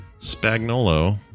Spagnolo